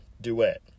duet